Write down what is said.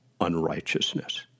unrighteousness